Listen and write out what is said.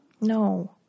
No